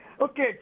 Okay